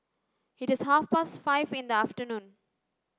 it is half past five in the afternoon